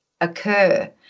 occur